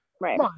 Right